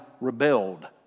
rebelled